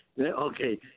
okay